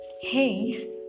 Hey